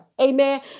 Amen